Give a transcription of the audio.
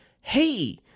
hey